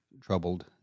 troubled